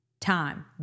time